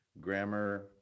Grammar